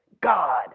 God